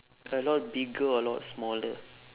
a lot bigger or a lot smaller